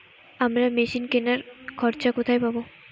আমরা মেশিন কেনার খরচা কোথায় পাবো?